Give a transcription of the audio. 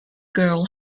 girl